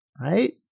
right